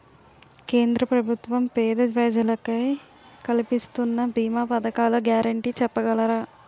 కేంద్ర ప్రభుత్వం పేద ప్రజలకై కలిపిస్తున్న భీమా పథకాల గ్యారంటీ చెప్పగలరా?